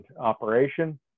operation